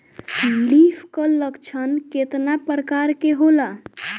Leaf curl लक्षण केतना परकार के होला?